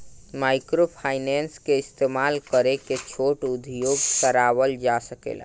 microfinance के इस्तमाल करके छोट उद्योग के सवारल जा सकेला